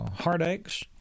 heartaches